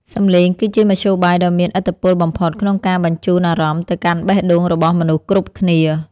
សំឡេងគឺជាមធ្យោបាយដ៏មានឥទ្ធិពលបំផុតក្នុងការបញ្ជូនអារម្មណ៍ទៅកាន់បេះដូងរបស់មនុស្សគ្រប់គ្នា។